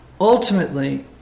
Ultimately